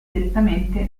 direttamente